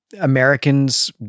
Americans